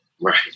Right